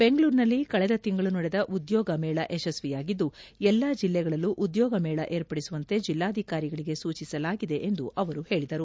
ಬೆಂಗಳೂರಿನಲ್ಲಿ ಕಳೆದ ತಿಂಗಳು ನಡೆದ ಉದ್ಯೋಗ ಮೇಳ ಯಶಸ್ವಿಯಾಗಿದ್ದು ಎಲ್ಲಾ ಜಿಲ್ಲೆಗಳಲ್ಲೂ ಉದ್ಯೋಗ ಮೇಳ ಏರ್ಪಡಿಸುವಂತೆ ಜಿಲ್ಲಾಧಿಕಾರಿಗಳಿಗೆ ಸೂಚಿಸಲಾಗಿದೆ ಎಂದು ಅವರು ಹೇಳಿದರು